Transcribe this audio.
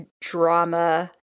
drama